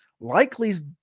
Likely's